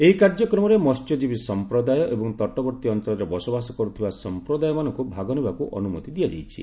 ଏହି କାର୍ଯ୍ୟକ୍ରମରେ ମହ୍ୟଜୀବୀ ସଂପ୍ରଦାୟ ଏବଂ ତଟବର୍ତ୍ତୀ ଅଞ୍ଚଳରେ ବସବାସ କରୁଥିବା ସଂପ୍ରଦାୟମାନଙ୍କୁ ଭାଗ ନେବାକୁ ଅନୁମତି ଦିଆଯାଇଛି